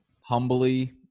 Humbly